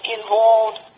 involved